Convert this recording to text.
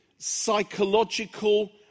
psychological